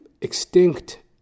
Extinct